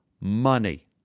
money